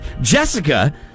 Jessica